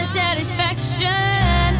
satisfaction